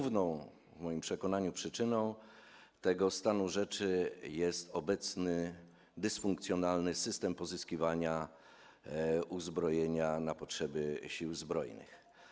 W moim przekonaniu główną przyczyną tego stanu rzeczy jest obecny dysfunkcjonalny system pozyskiwania uzbrojenia na potrzeby Sił Zbrojnych.